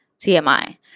TMI